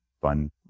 fun